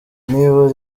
niba